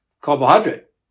Carbohydrate